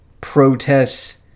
protests